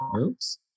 Oops